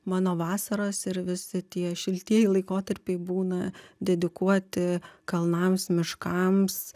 mano vasaros ir visi tie šiltieji laikotarpiai būna dedikuoti kalnams miškams